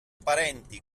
parenti